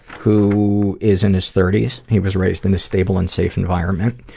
who is in his thirty s he was raised in a stable and safe environment.